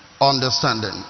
understanding